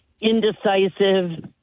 indecisive